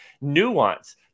nuance